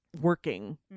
working